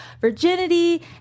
virginity